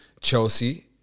Chelsea